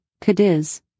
Cadiz